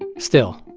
and still,